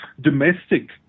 domestic